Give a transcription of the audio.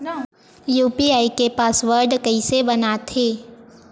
UPI के password कइसे बनाथे?